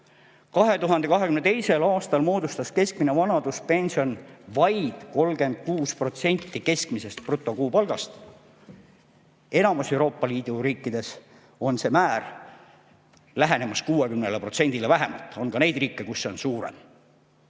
2022. aastal moodustas keskmine vanaduspension vaid 36% keskmisest brutokuupalgast. Enamikus Euroopa Liidu riikides on see määr lähenemas 60%-le. On ka neid riike, kus see on suurem.